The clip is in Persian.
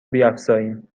بیفزاییم